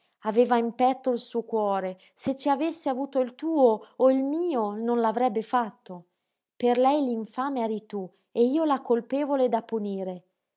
in petto il suo cuore se ci avesse avuto il tuo o il mio non l'avrebbe fatto per lei l'infame eri tu e io la colpevole da punire